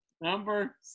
number